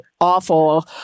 awful